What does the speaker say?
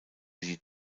die